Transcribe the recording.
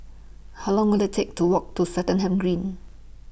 How Long Will IT Take to Walk to Swettenham Green